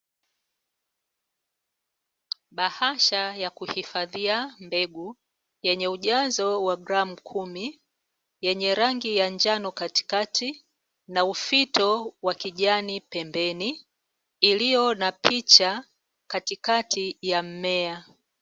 Bahasha ya kuhifadhia mbegu, yenye ujazo wa gramu kumi, yenye rangi ya njano katikati na ufito wa kijani pembeni iliyo na picha katikati ya mmea.